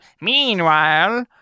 Meanwhile